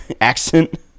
accent